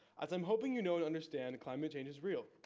as i'm hoping, you know, and understand that climate change is real,